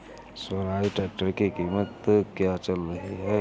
Swaraj tractor की कीमत क्या चल रही है?